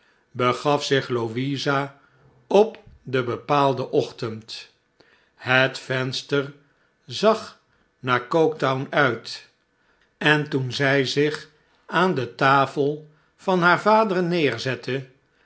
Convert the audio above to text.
begaf zich louisa op den bepaalden ochtend het venster zag naar coketown uit en toen zij zich aan de tafel van haar vader neerzette